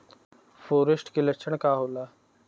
फारेस्ट के लक्षण का होला?